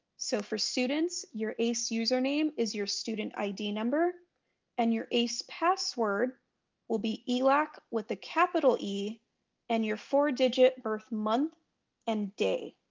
so for students your ace username is your student id number and your ace password will be elac with a capital e and your four digit birth month and day.